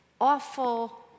awful